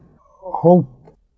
hope